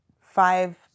five